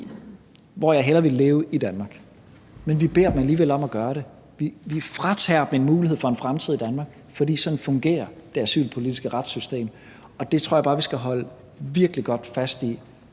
hvor jeg hellere ville leve i Danmark. Men vi beder dem alligevel om at gøre det. Vi fratager dem en mulighed for en fremtid i Danmark, fordi sådan fungerer det asylpolitiske retssystem, og det tror jeg bare vi skal holde virkelig godt fast i,